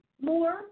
more